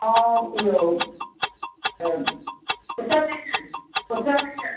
ऐं इहो उसलु मिसलु उसलु मिसलु